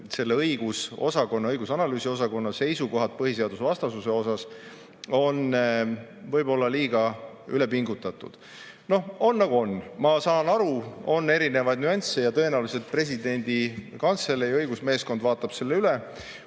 et õigus- ja analüüsiosakonna seisukohad põhiseadusvastasuse kohta on võib-olla liiga ülepingutatud. Noh, on nagu on. Ma saan aru, et on erinevaid nüansse, ja tõenäoliselt presidendi kantselei õigusmeeskond vaatab selle üle.